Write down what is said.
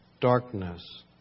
darkness